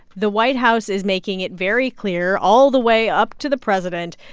the white house is making it very clear, all the way up to the president,